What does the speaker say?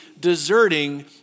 deserting